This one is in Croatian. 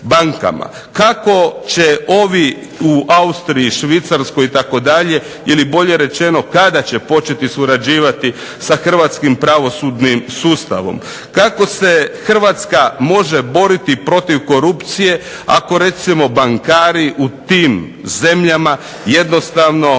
Kako će ovi u Austriji, Švicarskoj, ili bolje rečeno kada će početi surađivati sa Hrvatskim pravosudnim sustavom. Kako se Hrvatska može boriti protiv korupcije ako recimo bankari u tim zemljama jednostavno,